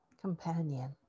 companion